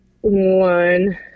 one